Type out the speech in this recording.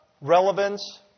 relevance